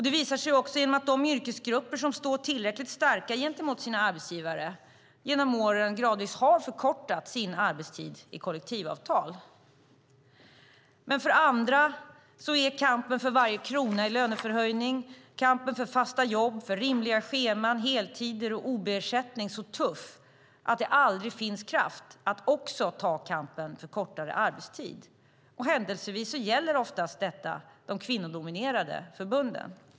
Det visar sig också genom att de yrkesgrupper som står tillräckligt starka gentemot sina arbetsgivare genom åren gradvis har förkortat sin arbetstid i kollektivavtal. Men för andra är kampen för varje krona i löneförhöjning, kampen för fasta jobb och kampen för rimliga scheman, heltider och ob-ersättning så tuff att det aldrig finns kraft att också ta kampen för kortare arbetstid. Händelsevis gäller oftast detta de kvinnodominerade förbunden.